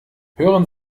hören